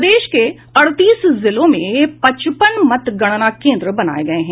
प्रदेश के अड़तीस जिलों में पचपन मतगणना केंद्र बनाए गए हैं